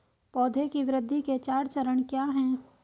पौधे की वृद्धि के चार चरण क्या हैं?